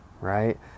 right